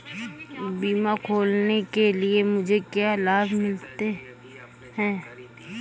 बीमा खोलने के लिए मुझे क्या लाभ मिलते हैं?